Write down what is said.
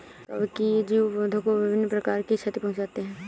कवकीय जीव पौधों को विभिन्न प्रकार की क्षति पहुँचाते हैं